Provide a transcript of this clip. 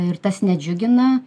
ir tas nedžiugina